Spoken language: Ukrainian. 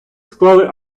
склали